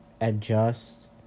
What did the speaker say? adjust